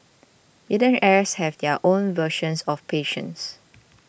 billionaires have their own versions of patience